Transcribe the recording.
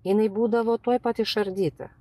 jinai būdavo tuoj pat išardyta